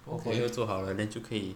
portfolio 做好 liao then 就可以